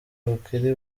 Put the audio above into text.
bukiri